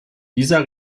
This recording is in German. dieser